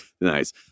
Nice